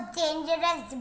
dangerous